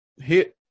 hit